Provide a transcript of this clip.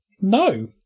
No